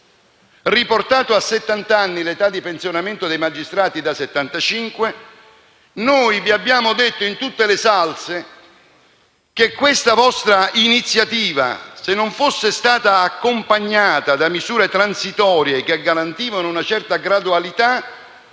a settant'anni l'età di pensionamento dei magistrati, vi abbiamo detto in tutte le salse che questa vostra iniziativa, se non fosse stata accompagnata da misure transitorie, che garantissero una certa gradualità,